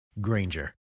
Granger